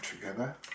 together